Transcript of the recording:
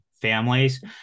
families